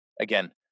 again